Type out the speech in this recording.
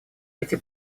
эти